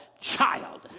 child